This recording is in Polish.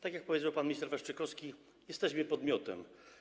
Tak jak powiedział pan minister Waszczykowski, jesteśmy podmiotem.